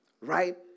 right